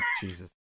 Jesus